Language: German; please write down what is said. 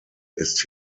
ist